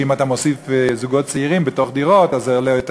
שאם אתה מוסיף זוגות צעירים בתוך דירות אז זה עולה יותר,